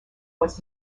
was